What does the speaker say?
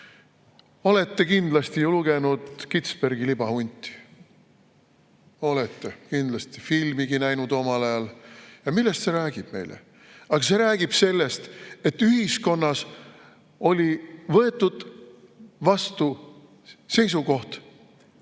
Olete kindlasti lugenud Kitzbergi "Libahunti" – olete, kindlasti, filmigi näinud omal ajal. Millest see meile räägib? See räägib sellest, et ühiskonnas oli võetud seisukoht,